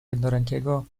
jednorękiego